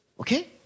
okay